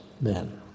men